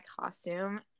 costume